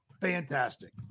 Fantastic